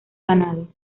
ganado